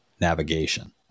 navigation